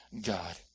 God